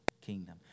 kingdom